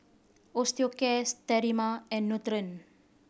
Osteocare Sterimar and Nutren